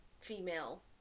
female